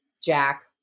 Jack